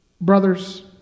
Brothers